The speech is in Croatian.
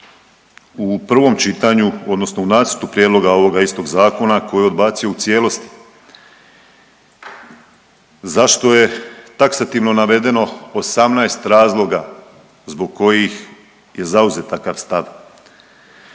u prvom čitanju, odnosno u nacrtu prijedloga ovoga istog zakona koje je odbacio u cijelosti. Zašto je taksativno navedeno 18 razloga zbog kojih je zauzet takav stav.